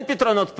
אין פתרונות פלא,